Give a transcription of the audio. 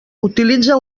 utilitza